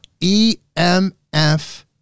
EMF